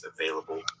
available